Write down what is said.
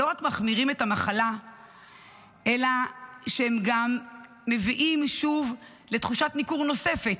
שלא רק מחמירות את המחלה אלא גם מביאות שוב לתחושת ניכור נוספת,